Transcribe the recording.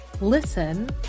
listen